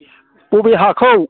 बबे हाखौ